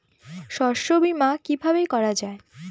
শস্য বীমা কিভাবে করা যায়?